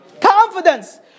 confidence